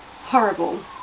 horrible